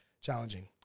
challenging